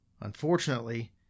Unfortunately